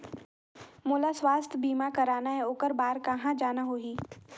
मोला स्वास्थ बीमा कराना हे ओकर बार कहा जाना होही?